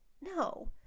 No